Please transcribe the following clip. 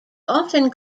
often